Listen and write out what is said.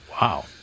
Wow